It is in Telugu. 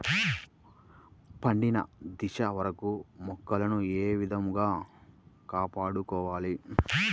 పండిన దశ వరకు మొక్కలను ఏ విధంగా కాపాడుకోవాలి?